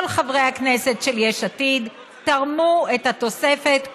כל חברי הכנסת של יש עתיד תרמו את התוספת,